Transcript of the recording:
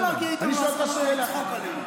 אתה לא יכול להגיע איתנו להסכמות ולצחוק עלינו.